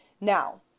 Now